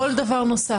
כל דבר נוסף.